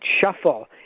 shuffle